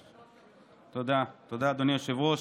תודה, אדוני היושב-ראש.